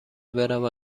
بروم